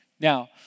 Now